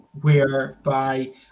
whereby